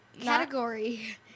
Category